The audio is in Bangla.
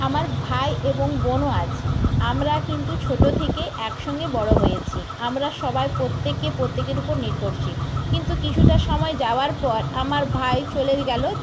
আমার ভাই এবং বোনও আছে আমরা কিন্তু ছোটো থেকে এক সঙ্গে বড় হয়েছি আমরা সবাই প্রত্যেকে প্রত্যেকের উপর নির্ভরশীল কিন্তু কিছুটা সময় যাওয়ার পর আমার ভাই চলে গেলো